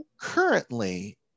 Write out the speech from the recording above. currently